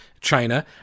China